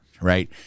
right